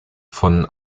von